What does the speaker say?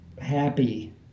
happy